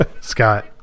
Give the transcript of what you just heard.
scott